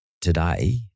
today